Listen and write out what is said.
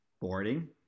boarding